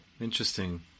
Interesting